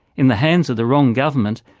in the hands of the wrong government,